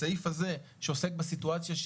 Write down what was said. הסעיף הזה שעוסק בסיטואציה,